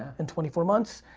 in twenty four months.